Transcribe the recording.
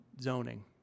zoning